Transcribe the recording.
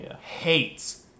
hates